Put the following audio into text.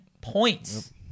points